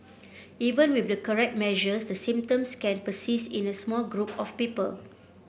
even with the correct measures the symptoms can persist in a small group of people